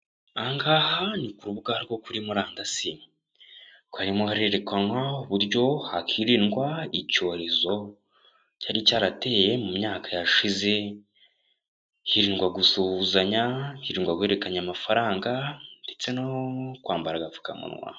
Aha ngaha ni ku rubuga rwo kuri murandasi. Harimo harerekanwa uburyo hakiririndwa icyorezo cyari cyarateye mu myaka yashize hirindwa gusuhuzanya, hirindwa guhererekanya amafaranga ndetse no kwambara agapfukamunwa.